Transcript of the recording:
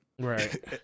right